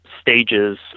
stages